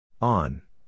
On